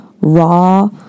raw